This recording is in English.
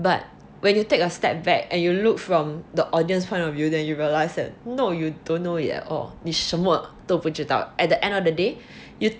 but when you take a step back and you look from the audience point of view then you realise that no you don't know it at all 你什么都不知道 at the end of the day you at